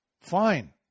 fine